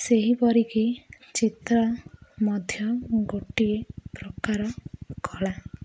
ସେହିପରିକି ଚିତ୍ର ମଧ୍ୟ ଗୋଟିଏ ପ୍ରକାର କଳା